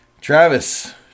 Travis